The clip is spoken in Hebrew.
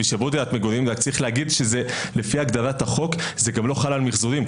גם צריך להגיד שלפי הגדרת החוק זה גם לא חל על מחזורים.